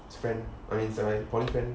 friend or it's like my poly friend